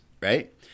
right